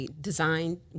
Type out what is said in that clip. design